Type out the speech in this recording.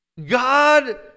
God